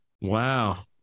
Wow